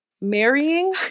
Marrying